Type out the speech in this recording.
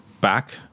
back